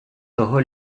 того